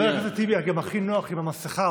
לד"ר טיבי, חבר הכנסת טיבי, גם הכי נוח עם המסכה.